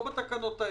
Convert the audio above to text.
לא בתקנות האלה.